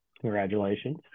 Congratulations